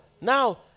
now